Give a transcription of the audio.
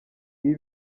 ibi